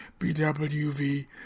BWV